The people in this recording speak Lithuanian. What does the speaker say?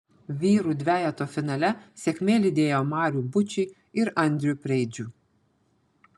vyrų dvejeto finale sėkmė lydėjo marių bučį ir andrių preidžių